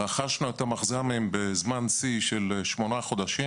רכשנו את המכז"מים בזמן שיא של 8 חודשים.